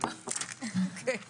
אחר כך.